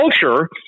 culture